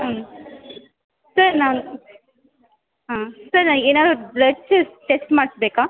ಹ್ಞೂ ಸರ್ ನಾನು ಹಾಂ ಸರ್ ಏನಾದರು ಬ್ಲಡ್ ಟೆಸ್ಟ್ ಟೆಸ್ಟ್ ಮಾಡಿಸ್ಬೇಕೆ